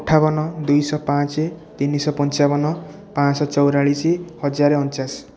ଅଠାବନ ଦୁଇ ଶହ ପାଞ୍ଚ ତିନି ଶହ ପଞ୍ଚାଵନ ପାଞ୍ଚ ଶହ ଚଉରାଳିଶ ହଜାର ଅଣଚାଶ